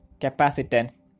Capacitance